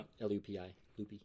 L-U-P-I